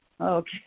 Okay